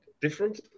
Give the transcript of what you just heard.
different